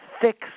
fix